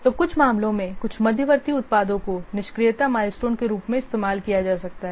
तो कुछ मामलों में कुछ मध्यवर्ती उत्पादों को निष्क्रियता माइलस्टोन के रूप में इस्तेमाल किया जा सकता है